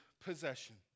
possession